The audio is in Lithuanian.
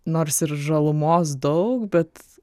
nors ir žalumos daug bet